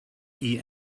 eat